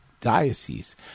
diocese